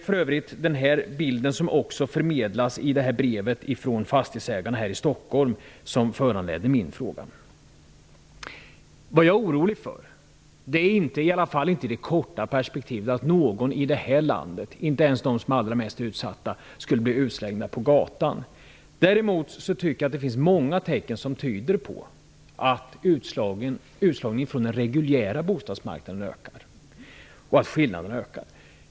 För övrigt är det denna bild, som också förmedlas i brevet från Vad jag är orolig för är inte -- i alla fall inte i ett kort perspektiv -- att någon i det här landet, inte ens de som är allra mest utsatta, blir utslängd på gatan. Däremot tycker jag att det finns många tecken som tyder på att både utslagningen från den reguljära bostadsmarknaden och skillnaderna ökar.